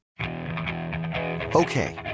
okay